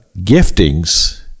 giftings